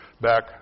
back